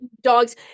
dogs